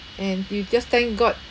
and you just thank god